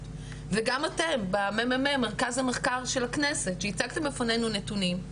ואתם אתם במרכז המחקר של הכנסת שהצגתם בפנינו נתונים,